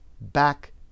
back